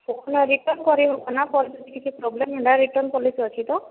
phone return କରିହେବ ନା ପରେ ଯଦି କିଛି ପ୍ରବ୍ଲମ୍ ହେଲା ରିଟର୍ନ୍ ପଲିସି ଅଛି ତ